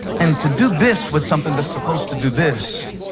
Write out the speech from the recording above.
and to do this with something that's supposed to do this,